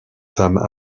femmes